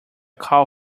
call